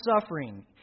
suffering